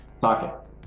Socket